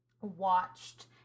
watched